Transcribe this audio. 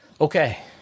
Okay